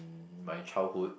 my childhood